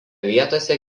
vietose